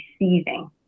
receiving